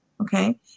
okay